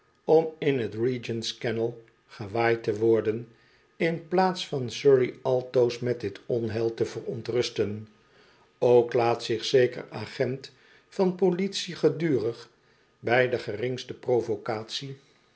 om in t regent's canal gewaaid te worden in plaats van surrey altoos met dit onheil te verontrusten ook laat zich zeker agent van politie gedurig bij de geringste provokatie